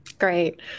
Great